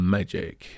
Magic